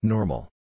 Normal